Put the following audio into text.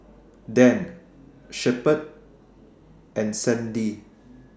Dan Shepherd and Sandi